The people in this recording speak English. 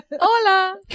Hola